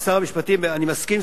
אני מסכים,